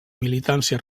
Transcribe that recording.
militància